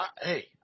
Hey